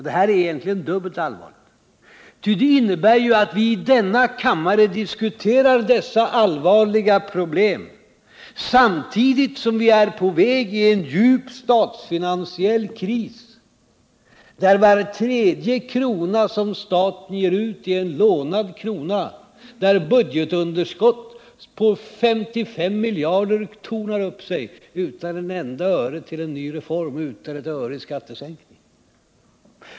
Det här är egentligen dubbelt allvarligt, ty det innebär att vi i denna kammare diskuterar dessa allvarliga problem samtidigt som vi är på väg in i en djup statsfinansiell kris, där var tredje krona som staten ger ut är en lånad krona, där budgetunderskott på 55 miljarder tornar upp sig utan ett enda öre till en ny reform och utan ett öre i skattesänkning.